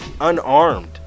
unarmed